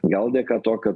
gal dėka to kad